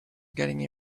getting